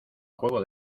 juego